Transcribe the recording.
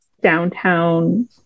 downtown